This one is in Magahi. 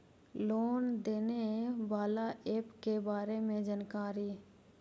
लोन देने बाला ऐप के बारे मे जानकारी?